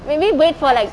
maybe wait for like